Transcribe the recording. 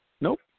Nope